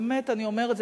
ובאמת אני אומרת,